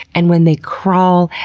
and when they crawl,